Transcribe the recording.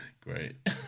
Great